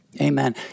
Amen